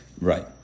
Right